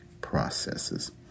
processes